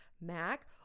Mac